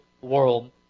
world